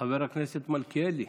חבר הכנסת מלכיאלי,